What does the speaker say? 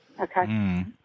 Okay